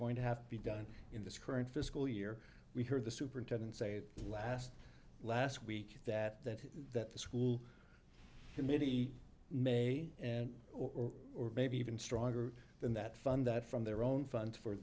going to have to be done in this current fiscal year we heard the superintendent say last last week that that that the school committee may and or or maybe even stronger than that fund that from their own funds for